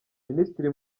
minisitiri